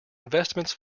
investments